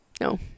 No